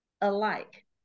alike